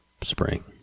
spring